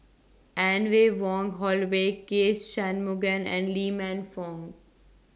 Anne Ray Wong Holloway K Shanmugam and Lee Man Fong